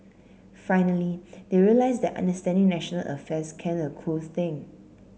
finally they realise that understanding national affairs can a cool thing